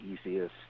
easiest